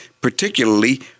particularly